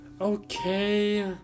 Okay